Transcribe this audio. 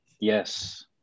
Yes